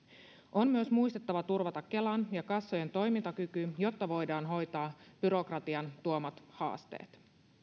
on myös muistettava turvata kelan ja kassojen toimintakyky jotta voidaan hoitaa byrokratian tuomat haasteet